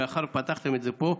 מאחר שפתחתם את זה פה,